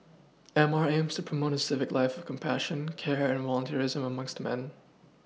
M R aims to promote a civic life of compassion care and volunteerism amongst man